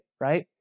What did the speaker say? right